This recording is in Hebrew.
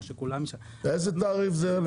איזה תעריפים זה יעלה?